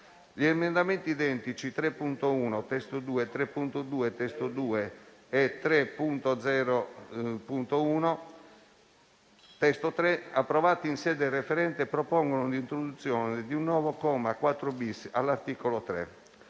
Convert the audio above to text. Gli emendamenti identici 3.1 (testo 2), 3.2 (testo 2) e 3.0.1 (testo 3), approvati in sede referente, propongono l'introduzione di un nuovo comma 4-*bis* all'articolo 3.